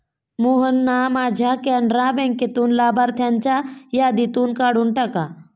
मोहनना माझ्या कॅनरा बँकेतून लाभार्थ्यांच्या यादीतून काढून टाका